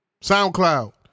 SoundCloud